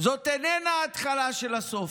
זאת איננה ההתחלה של הסוף.